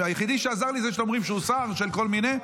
והיחידי שעזר לי זה זה שאתם אומרים שהוא שר של כל מיני,